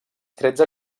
tretze